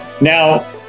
Now